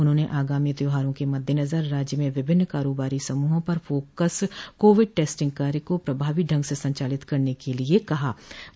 उन्होंने आगामी त्यौहारों के मद्देनज़र राज्य में विभिन्न कारोबारी समूहों पर फोकस कोविड टेस्टिंग कार्य को प्रभावी ढंग से संचालित करने के लिए कहा है